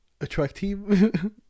attractive